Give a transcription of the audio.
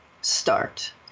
start